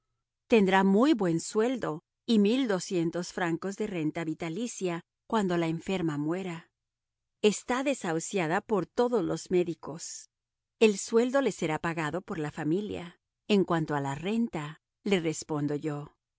tendrá muy buen sueldo y francos de renta vitalicia cuando la enferma muera está desahuciada por todos los médicos el sueldo le será pagado por la familia en cuanto a la renta le respondo yo